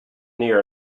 near